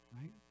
Right